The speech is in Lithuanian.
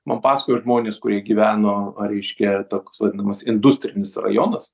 man pasakojo žmonės kurie gyveno reiškia toks vadinamas industrinis rajonas